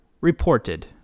reported